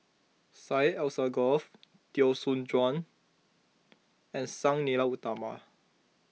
Syed Alsagoff Teo Soon Chuan and Sang Nila Utama